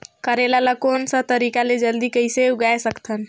करेला ला कोन सा तरीका ले जल्दी कइसे उगाय सकथन?